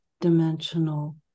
dimensional